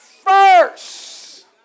first